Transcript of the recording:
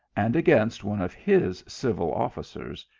and against one of his civil officers,